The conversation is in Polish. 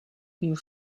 już